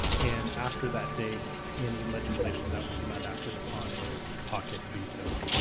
and after that date, any legislation that was not acted upon is pocket vetoed.